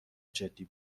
جدی